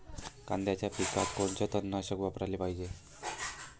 कांद्याच्या पिकात कोनचं तननाशक वापराले पायजे?